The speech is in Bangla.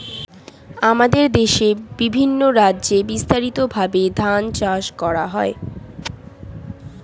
আমাদের দেশে বিভিন্ন রাজ্যে বিস্তারিতভাবে ধান চাষ করা হয়